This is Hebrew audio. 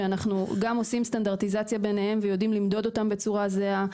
שאנחנו גם עושים סטנדרטיזציה ביניהם ויודעים למדוד אותם בצורה זהה,